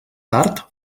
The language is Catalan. tard